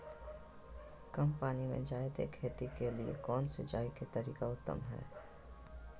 कम पानी में जयादे खेती के लिए कौन सिंचाई के तरीका उत्तम है?